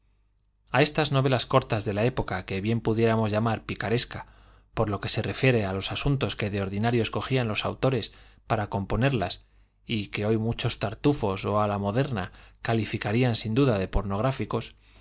a esas novelas cortas de la época que bien pudiéramos llamar picaresca por lo que se refiere á los asuntos que de ordinario escogían los autores para componerlas y que hoy muchos tartufos á la moderna calificarían sin duda de pornográficos